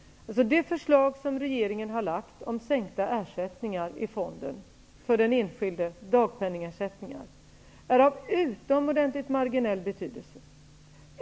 Det förslag som regeringen har lagt fram om sänkta ersättningar från fonden för den enskilde, dagpenningersättningar, är av utomordentligt marginell betydelse.